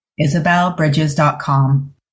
isabelbridges.com